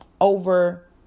over